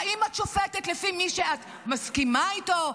האם את שופטת לפי מי שאת מסכימה איתו,